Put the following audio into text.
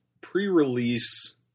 pre-release